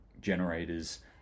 generators